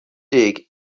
dig